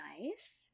nice